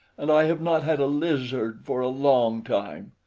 and i have not had a lizard for a long time.